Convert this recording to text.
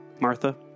Martha